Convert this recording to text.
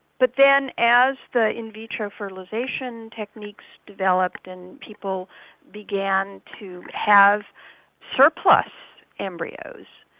but then as the in vitro fertilisation techniques developed and people began to have surplus embryos,